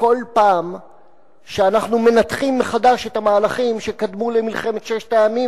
כל פעם שאנחנו מנתחים מחדש את המהלכים שקדמו למלחמת ששת הימים,